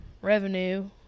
revenue